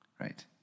right